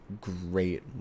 great